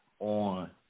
on